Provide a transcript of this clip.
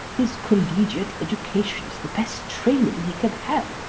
his collegiate education is the best training he can have,